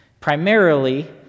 Primarily